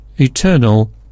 eternal